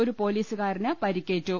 ഒരു പോലിസുകാരന് പരിക്കേറ്റു